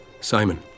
Simon